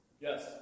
Yes